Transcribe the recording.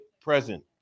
present